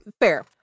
fair